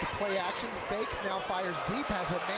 play action, fake, now fires deep.